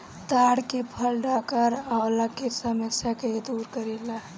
ताड़ के फल डकार अवला के समस्या के दूर करेला